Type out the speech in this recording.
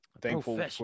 thankful